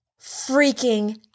freaking